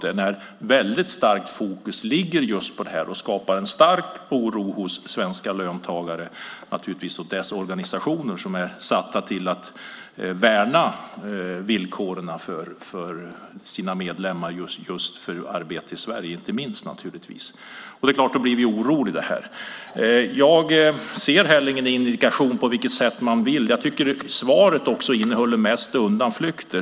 Det finns ett starkt fokus på detta och skapar en stark oro hos svenska löntagare och deras organisationer som ska värna villkoren för sina medlemmar, inte minst när det gäller arbete i Sverige. Det är klart att vi då blir oroliga. Jag tycker att svaret innehåller mest undanflykter.